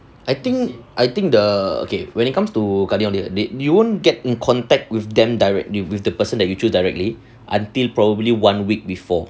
I think I think the okay when it comes to kadi they you won't get in contact with them directly with the person that you choose directly until probably one week before